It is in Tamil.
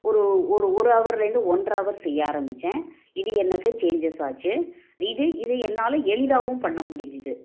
ஒரு ஒரு ஒரு ஹவர்லேருந்து ஒன்றரை ஹவர் செய்ய ஆரம்மித்தேன் இது எனக்கு சேஞ்சஸ் ஆச்சு இது இது என்னால் எளிதாகவும் பண்ண முடிஞ்சுது